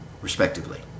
respectively